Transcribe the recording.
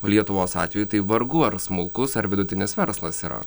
o lietuvos atveju tai vargu ar smulkus ar vidutinis verslas yra